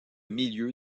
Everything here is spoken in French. milieu